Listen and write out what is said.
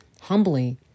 humbly